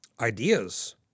Ideas